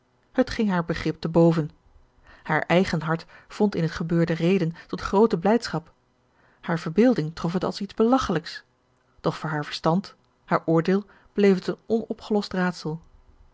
het ging haar begrip te boven haar eigen hart vond in het gebeurde reden tot groote blijdschap haar verbeelding trof het als iets belachelijks doch voor haar verstand haar oordeel bleef het een onopgelost raadsel